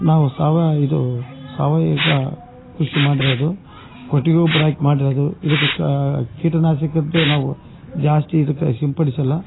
ನಾವು ಸಾವ ಇದು ಸಾವಾಯಿಕ ಕೃಷಿ ಮಾಡಿರೋದು ಕೊಟ್ಟಿಗೆ ಗೊಬ್ಬರ ಹಾಕ್ ಮಾಡಿರೋದು ಇದಕ್ಕೆ ಕಾ ಕೀಟನಾಶಕದ್ದು ನಾವು ಜಾಸ್ತಿ ಇದಕ್ಕೆ ಸಿಂಪಡಿಸಿಲ್ಲ